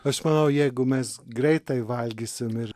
aš manau jeigu mes greitai valgysim ir